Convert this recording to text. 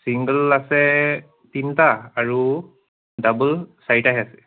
single আছে তিনিটা আৰু ডাবুল চাৰিটাহে আছে